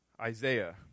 Isaiah